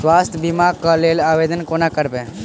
स्वास्थ्य बीमा कऽ लेल आवेदन कोना करबै?